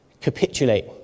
capitulate